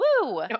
woo